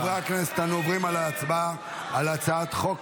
חברי הכנסת, אנו עוברים להצבעה על הצעת חוק